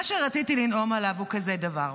מה שרציתי לנאום עליו הוא כזה דבר: